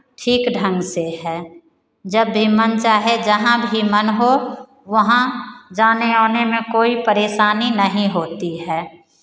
ठीक ढंग से है जब भी मन चाहे जहाँ भी मन हो वहाँ जाने आने में कोई परेशानी नहीं होती है